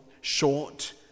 short